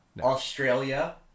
Australia